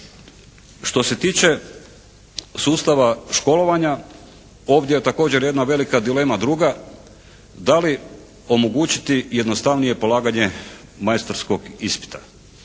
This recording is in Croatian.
Što se tiče sustava školovanja ovdje je također jedna velika dilema druga. Da li omogućiti jednostavnije polaganje majstorskog ispita?